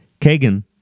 Kagan